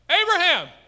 abraham